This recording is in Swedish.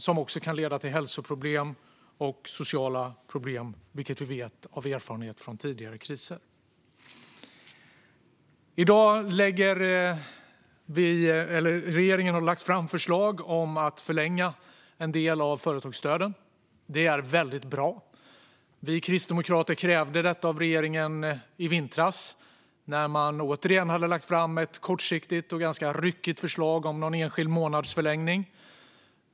Det kan också leda till hälsoproblem och sociala problem, vilket vi vet av erfarenhet från tidigare kriser. Regeringen har lagt fram förslag om att förlänga en del av företagsstöden. Det är väldigt bra. Vi kristdemokrater krävde detta av regeringen i vintras, när man återigen hade lagt fram ett kortsiktigt och ganska ryckigt förslag om någon enskild månads förlängning.